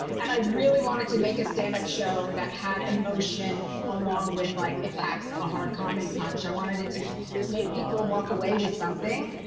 and i really wanted to make a stand-up show that had emotion along with, like, it packs a hard comedy punch. i wanted it to make people walk away with something.